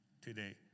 today